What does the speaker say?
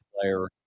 player